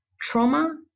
trauma